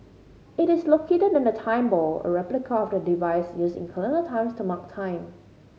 it is located near the Time Ball a replica of the device used in colonial times to mark time